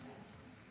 העירייה.